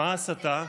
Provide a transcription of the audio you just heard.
תפסיק להסית,